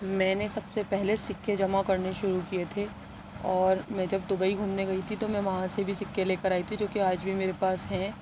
میں نے سب سے پہلے سکّے جمع کرنے شروع کئے تھے اور میں جب دبئی گھومنے گئی تھی تو میں وہاں سے بھی سکے لے کر آئی تھی جو کہ آج بھی میرے پاس ہیں